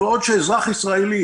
בעוד שאזרח ישראלי,